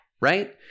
right